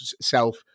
self